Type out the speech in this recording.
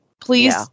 please